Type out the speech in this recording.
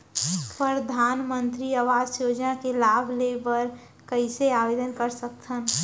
परधानमंतरी आवास योजना के लाभ ले बर कइसे आवेदन कर सकथव?